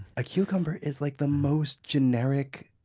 a cucumber is like the most generic,